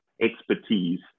expertise